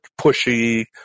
pushy